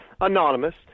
anonymous